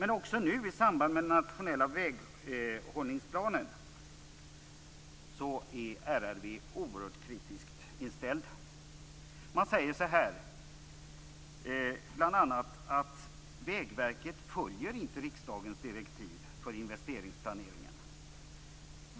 Men också i samband med den nationella väghållningsplanen är RRV oerhört kritiskt inställt. RRV anser att Vägverket inte följer riksdagens direktiv för investeringsplaneringen.